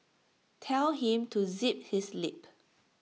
tell him to zip his lip